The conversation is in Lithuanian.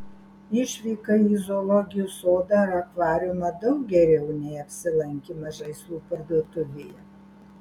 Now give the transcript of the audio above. išvyka į zoologijos sodą ar akvariumą daug geriau nei apsilankymas žaislų parduotuvėje